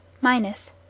minus